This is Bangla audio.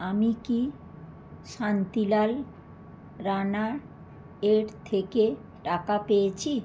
আমি কি শান্তিলাল রাণা এর থেকে টাকা পেয়েছি